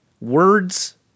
words